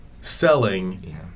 selling